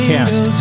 Cast